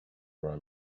run